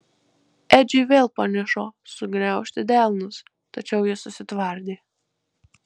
edžiui vėl panižo sugniaužti delnus tačiau jis susitvardė